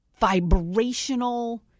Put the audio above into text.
vibrational